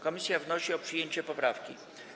Komisja wnosi o przyjęcie poprawki.